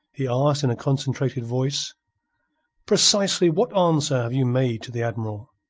he asked in a concentrated voice precisely what answer have you make to the admiral?